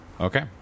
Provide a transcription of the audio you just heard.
Okay